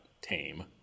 tame